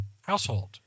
household